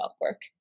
work